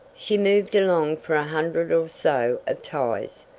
she moved along for a hundred or so of ties,